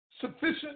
sufficient